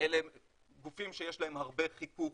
אלה הם גופים שיש להם הרבה חיכוך,